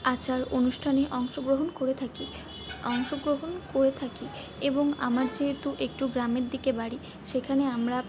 আচার অনুষ্ঠানে অংশগ্রহণ করে থাকি অংশগ্রহণ করে থাকি এবং আমার যেহেতু একটু গ্রামের দিকে বাড়ি সেখানে আমরা